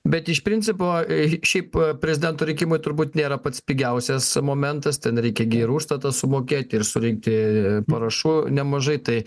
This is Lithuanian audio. bet iš principo šiaip prezidento rinkimai turbūt nėra pats pigiausias momentas ten reikia gi ir užstatą sumokėti ir surinkti parašų nemažai tai